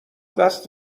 دست